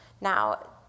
Now